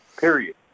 period